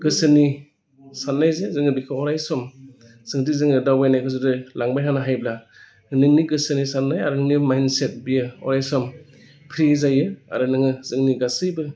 गोसोनि साननायजों जोङो बेखौ अरायसम जोंदि जोङो दावबायनायखौ जोङो लांबाय थानो हायोब्ला नोंनि गोसोनि साननाय आरो जोंनि माइन्डसेट बियो अरायसम फ्रि जायो आरो नोङो जोंनि गासैबो